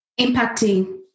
Impacting